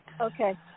Okay